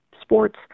sports